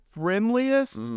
friendliest